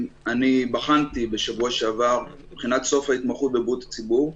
בחנתי בשבוע שעבר בחינת סוף ההתמחות בבריאות הציבור,